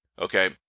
okay